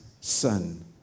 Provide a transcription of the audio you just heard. son